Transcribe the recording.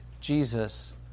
Jesus